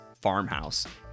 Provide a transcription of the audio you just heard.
farmhouse